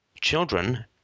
Children